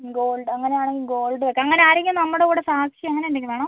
gold അങ്ങനെയാണെങ്കിൽ gold വയ്ക്കാം അങ്ങനെ ആരെങ്കിലും നമ്മുടെ കൂടെ സാക്ഷിയോ അങ്ങനെ എന്തെങ്കിലും വേണോ